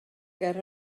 ger